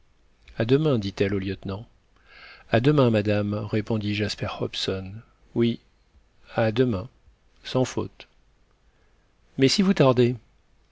à demain dit-elle au lieutenant à demain madame répondit jasper hobson oui à demain sans faute mais si vous tardez